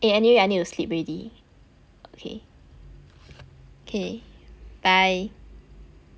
eh anyway I need to sleep already okay K bye